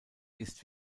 ist